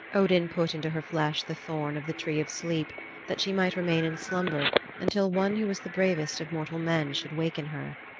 odin put into her flesh the thorn of the tree of sleep that she might remain in slumber until one who was the bravest of mortal men should waken her.